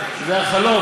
זה החלום,